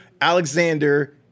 Alexander